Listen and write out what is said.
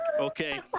Okay